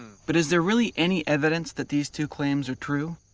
but is there really any evidence that these two claims are true?